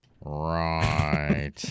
Right